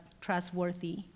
trustworthy